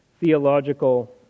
theological